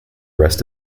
rest